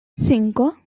cinco